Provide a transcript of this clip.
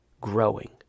growing